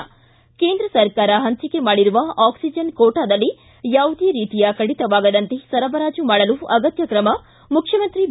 ಿ ಕೇಂದ್ರ ಸರ್ಕಾರ ಪಂಚಿಕೆ ಮಾಡಿರುವ ಆಕ್ಷಿಜನ್ ಕೋಟಾದಲ್ಲಿ ಯಾವುದೇ ರೀತಿಯ ಕಡಿತವಾಗದಂತೆ ಸರಬರಾಜು ಮಾಡಲು ಅಗತ್ತ ಕ್ರಮ ಮುಖ್ಯಮಂತ್ರಿ ಬಿ